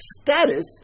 status